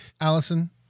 Allison